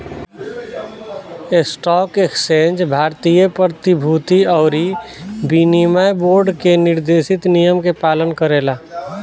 stock exchange भारतीय प्रतिभूति अउरी विनिमय बोर्ड के निर्देशित नियम के पालन करेला